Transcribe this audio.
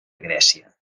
grècia